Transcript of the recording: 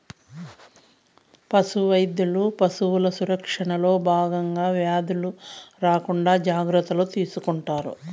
పశు వైద్యులు పశువుల సంరక్షణలో భాగంగా వ్యాధులు రాకుండా జాగ్రత్తలు తీసుకుంటారు